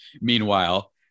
meanwhile